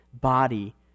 body